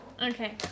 Okay